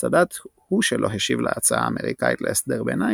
סאדאת הוא שלא השיב להצעה אמריקאית להסדר ביניים